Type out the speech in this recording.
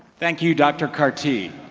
thank you, dr. cartee.